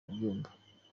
byumba